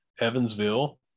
Evansville